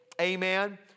amen